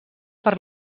per